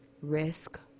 risk